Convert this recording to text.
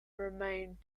remained